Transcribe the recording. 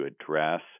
address